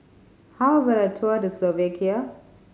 how about a tour Slovakia